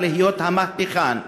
האוצר, להיות המהפכן והחלוץ,